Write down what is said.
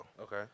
Okay